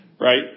right